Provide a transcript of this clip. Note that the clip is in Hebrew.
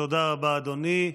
תודה רבה, אדוני.